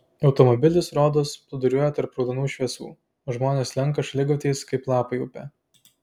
automobilis rodos plūduriuoja tarp raudonų šviesų o žmonės slenka šaligatviais kaip lapai upe